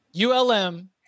ULM